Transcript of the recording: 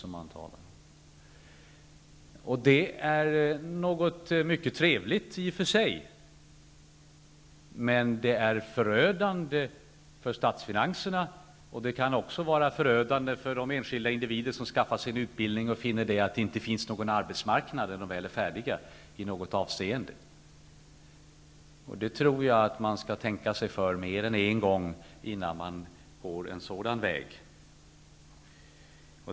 Detta är i och för sig något mycket trevligt, men det är förödande för statsfinanserna, och det kan också vara förödande för de enskilda individer som skaffar sig en utbildning och sedan finner att det inte i något avseende finns någon arbetsmarknad när de väl är färdiga. Jag tror att man skall tänka sig för mer än en gång innan man går en sådan väg.